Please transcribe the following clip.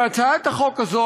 והצעת החוק הזאת,